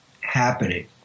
happening